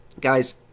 guys